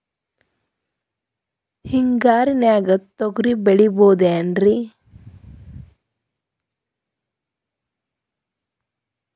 ಹಿಂಗಾರಿನ್ಯಾಗ ತೊಗ್ರಿ ಬೆಳಿಬೊದೇನ್ರೇ?